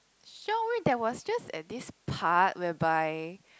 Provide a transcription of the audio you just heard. shore only there was just at this part whereby